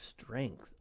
strength